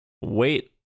wait